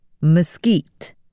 Mesquite